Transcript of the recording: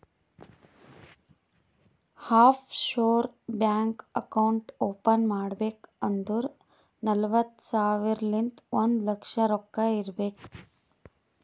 of sure bank account open ಮಾಡ್ಬೇಕ್ ಅಂದುರ್ ನಲ್ವತ್ತ್ ಸಾವಿರಲಿಂತ್ ಒಂದ್ ಲಕ್ಷ ರೊಕ್ಕಾ ಇಡಬೇಕ್